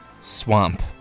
Swamp